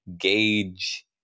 gauge